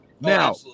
Now